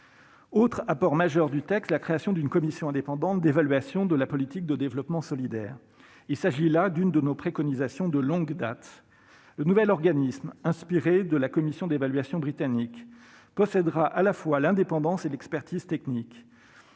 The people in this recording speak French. Autre apport majeur du texte, la création d'une commission indépendante d'évaluation de la politique de développement solidaire. Il s'agit là d'une de nos préconisations de longue date. Le nouvel organisme, inspiré de la commission d'évaluation britannique, possédera à la fois l'indépendance et l'expertise technique.